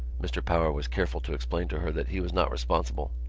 mr. power was careful to explain to her that he was not responsible,